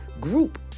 group